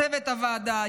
צוות הוועדה,